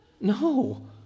No